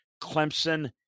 Clemson